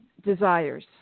desires